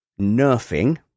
nerfing